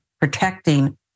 protecting